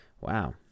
wow